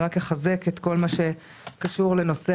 רק אחזק את כל מה שקשור לתחרות.